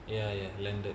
ya ya landed